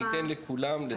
על